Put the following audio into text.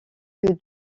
que